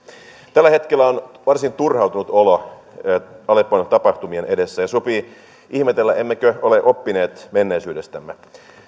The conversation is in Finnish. tällä hetkellä on varsin turhautunut olo aleppon tapahtumien edessä ja sopii ihmetellä emmekö ole oppineet menneisyydestämme